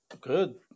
Good